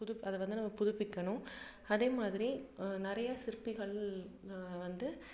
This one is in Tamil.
புது அதை வந்து நம்ம புதுப்பிக்கணும் அதே மாதிரி நிறையா சிற்பிகள் வந்து